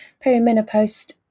Perimenopause